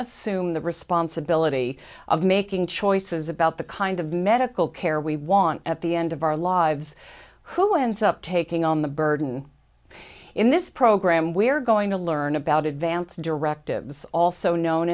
assume the responsibility of making choices about the kind of medical care we want at the end of our lives who ends up taking on the burden in this program we are going to learn about advanced directives also known